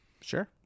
Sure